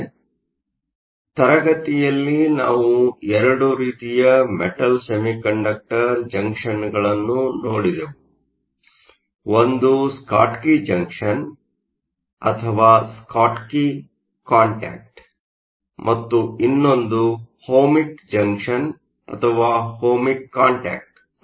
ಆದ್ದರಿಂದ ತರಗತಿಯಲ್ಲಿ ನಾವು 2 ರೀತಿಯ ಮೆಟಲ್ ಸೆಮಿಕಂಡಕ್ಟರ್ ಜಂಕ್ಷನ್ಗಳನ್ನು ನೋಡಿದೆವು ಒಂದು ಸ್ಕಾಟ್ಕಿ ಜಂಕ್ಷನ್ ಅಥವಾ ಸ್ಕಾಟ್ಕಿ ಕಾಂಟ್ಯಾಕ್ಟ್ ಮತ್ತು ಇನ್ನೊಂದು ಓಹ್ಮಿಕ್ ಜಂಕ್ಷನ್ ಅಥವಾ ಓಹ್ಮಿಕ್ ಕಾಂಟ್ಯಾಕ್ಟ್ ಆಗಿದೆ